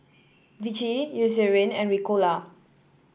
Vichy Eucerin and Ricola